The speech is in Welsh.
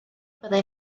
byddai